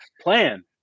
plan